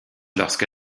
lorsque